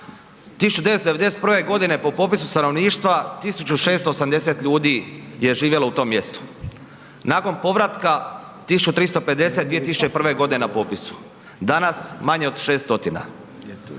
1991. godine po popisu stanovništva 1680 ljudi je živjelo u tom mjestu, nakon povratka 1350 2001. godine na popisu, danas manje od 600.